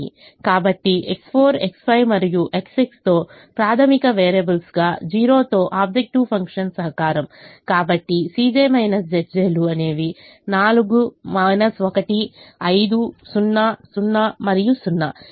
కాబట్టి X4 X5 మరియు X6 తో ప్రాథమిక వేరియబుల్స్గా 0 తో ఆబ్జెక్టివ్ ఫంక్షన్ సహకారం కాబట్టి Cj Zj లు అనేవి 4 1 5 0 0 మరియు 0